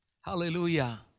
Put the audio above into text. Hallelujah